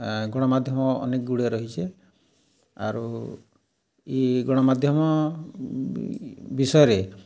ଗଣମାଧ୍ୟମ ଅନେକଗୁଡ଼େ ରହିଚେ ଆରୁ ଇ ଗଣମାଧ୍ୟମ ବିଷୟରେ